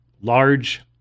large